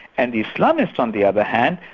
and the islamists on the other hand,